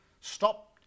Stop